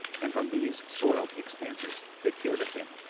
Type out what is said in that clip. and from these soiled expanses they peered at him.